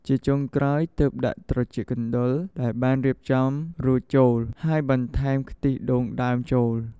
ជាចុងក្រោយ ទើបដាក់ ត្រចៀកកណ្ដុរ ដែលបានរៀបចំរួចចូល ហើយបន្ថែម ខ្ទិះដូងដើមចូល។